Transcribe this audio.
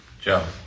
Joe